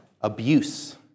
abuse